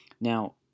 Now